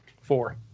Four